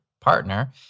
partner